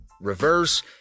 reverse